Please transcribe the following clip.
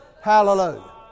Hallelujah